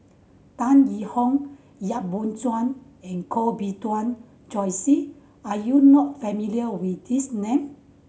Tan Yee Hong Yap Boon Chuan and Koh Bee Tuan Joyce are you not familiar with these name